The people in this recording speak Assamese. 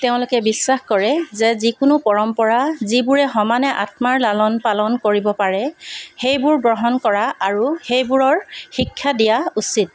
তেওঁলোকে বিশ্বাস কৰে যে যিকোনো পৰম্পৰা যিবোৰে সমানে আত্মাৰ লালন পালন কৰিব পাৰে সেইবোৰ গ্ৰহণ কৰা আৰু সেইবোৰৰ শিক্ষা দিয়া উচিত